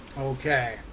okay